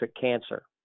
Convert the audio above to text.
cancer